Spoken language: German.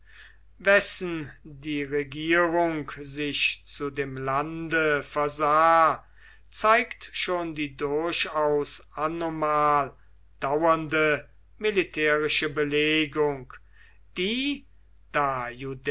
wessen die regierung sich zu dem lande versah zeigt schon die durchaus anomal dauernde militärische belegung die